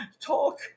talk